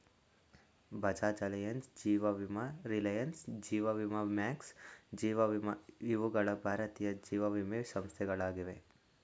Bajaj Allianz, ಜೀವ ವಿಮಾ ರಿಲಯನ್ಸ್, ಜೀವ ವಿಮಾ ಮ್ಯಾಕ್ಸ್, ಜೀವ ವಿಮಾ ಇವುಗಳ ಭಾರತೀಯ ಜೀವವಿಮೆ ಸಂಸ್ಥೆಗಳಾಗಿವೆ